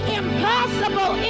impossible